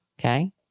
Okay